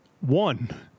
one